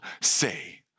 say